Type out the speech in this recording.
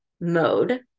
mode